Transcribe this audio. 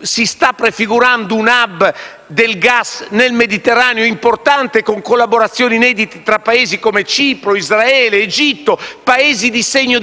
si sta prefigurando un *hub* del gas importante, con collaborazioni inedite tra Paesi come Cipro, Israele, Egitto, Paesi di segno,